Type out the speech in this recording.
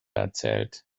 erzählt